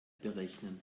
berechnen